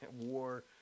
War